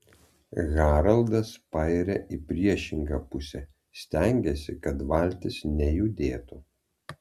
haraldas pairia į priešingą pusę stengiasi kad valtis nejudėtų